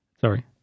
Sorry